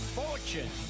fortune